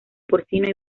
porcino